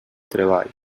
treball